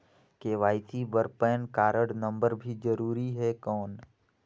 KYC बर PAN card number भी जरूरी हे कौन?